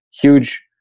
huge